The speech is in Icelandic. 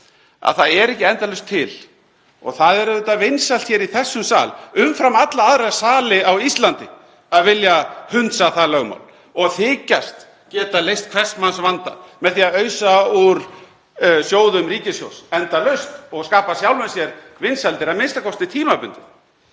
það er ekki endalaust til. Það er auðvitað vinsælt í þessum sal, umfram alla aðra sali á Íslandi, að vilja hunsa það lögmál og þykjast geta leyst hvers manns vanda með því að ausa úr sjóðum ríkissjóðs endalaust og skapa sjálfum sér vinsældir, a.m.k. tímabundið.